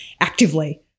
actively